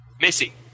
Missy